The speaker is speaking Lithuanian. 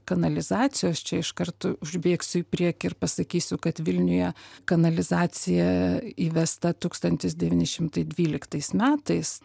kanalizacijos čia iškart užbėgsiu į priekį ir pasakysiu kad vilniuje kanalizacija įvesta tūkstantis devyni šimtai dvyliktais metais